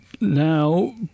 Now